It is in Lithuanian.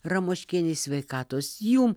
ramoškienei sveikatos jum